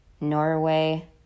Norway